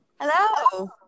Hello